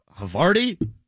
Havarti